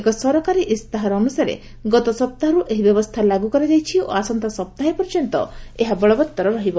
ଏକ ସରକାରୀ ଇସ୍ତାହାର ଅନୁସାରେ ଗତ ସପ୍ତାହରୁ ଏହି ବ୍ୟବସ୍ଥା ଲାଗୁ କରାଯାଇଛି ଓ ଆସନ୍ତା ସପ୍ତାହ ପର୍ଯ୍ୟନ୍ତ ଏହା ବଳବତ୍ତର ରହିବ